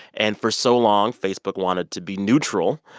and for so long facebook wanted to be neutral,